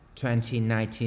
2019